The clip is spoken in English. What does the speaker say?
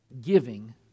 giving